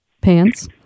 pants